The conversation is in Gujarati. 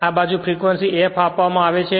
અને આ બાજુ ફ્રેક્વંસી f આપવામાં આવે છે